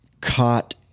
caught